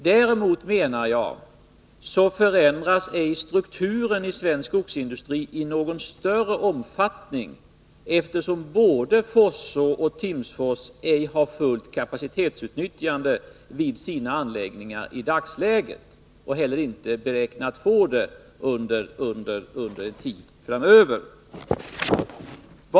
Däremot, menar jag, förändrar det inte strukturen i svensk skogsindustri i någon större omfattning, eftersom varken Forsså eller Timsfors i dagsläget har fullt kapacitetsutnyttjande vid sina anläggningar och inte heller beräknar få det under en tid framöver.